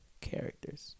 characters